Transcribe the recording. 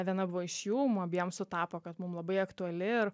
viena buvo iš jų abiem sutapo kad mums labai aktuali ir